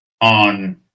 on